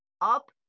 up